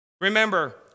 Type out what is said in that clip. Remember